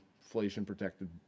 inflation-protected